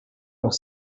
auch